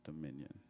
dominion